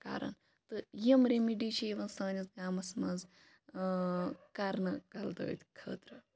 کَرَان تہٕ یِم ریٚمِڈی چھِ یِوان سٲنِس گامَس مَنٛز کَرنہٕ کَلہٕ دٲدۍ خٲطرٕ